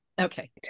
Okay